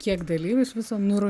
kiek dalyvių iš viso nuru